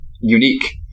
unique